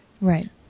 right